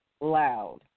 loud